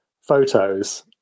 photos